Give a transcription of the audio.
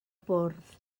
bwrdd